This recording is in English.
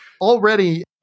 Already